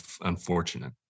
unfortunate